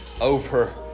over